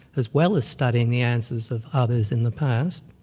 as well as studying the answers of others in the past,